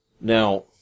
Now